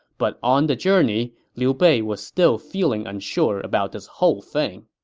but on the journey, liu bei was still feeling unsure about this whole thing